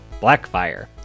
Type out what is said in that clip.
Blackfire